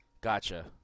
gotcha